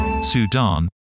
Sudan